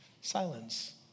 silence